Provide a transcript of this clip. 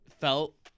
felt